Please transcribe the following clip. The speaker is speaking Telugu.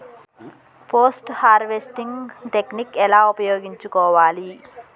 పోస్ట్ హార్వెస్టింగ్ టెక్నిక్ ఎలా ఉపయోగించుకోవాలి?